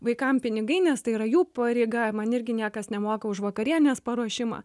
vaikam pinigai nes tai yra jų pareiga man irgi niekas nemoka už vakarienės paruošimą